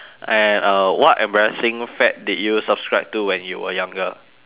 and uh what embarrassing fad did you subscribe to when you were younger